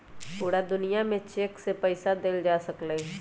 पूरा दुनिया में चेक से पईसा देल जा सकलई ह